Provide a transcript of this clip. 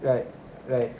right right